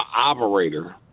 operator